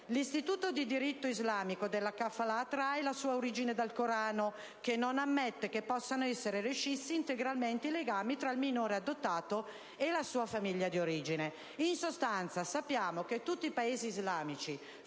l'istituto di diritto islamico della *kafala* trae la sua origine dal Corano che non ammette che possano essere rescissi integralmente i legami tra il minore adottato e la sua famiglia di origine; nei Paesi islamici